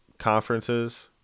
conferences